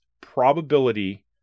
probability